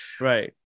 Right